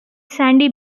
sandy